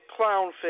clownfish